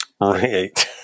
Right